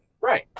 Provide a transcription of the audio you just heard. Right